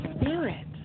spirit